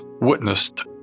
witnessed